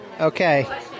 Okay